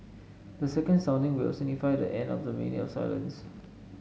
the second sounding will signify the end of the minute of silence